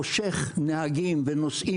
בהן אני מגיע יש להמלצות שלנו: 1. אזרחים ותיקים.